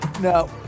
No